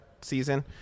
season